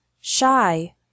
shy